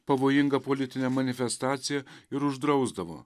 pavojingą politinę manifestaciją ir uždrausdavo